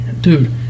dude